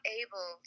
able